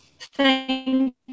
thank